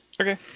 okay